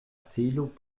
celo